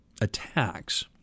attacks